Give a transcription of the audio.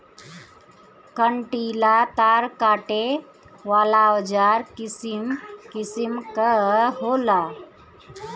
कंटीला तार काटे वाला औज़ार किसिम किसिम कअ होला